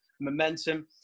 momentum